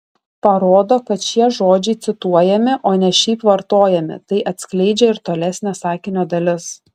parodo kad šie žodžiai cituojami o ne šiaip vartojami tai atskleidžia ir tolesnė sakinio dalis